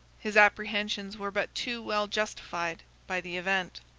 his apprehensions were but too well justified by the event.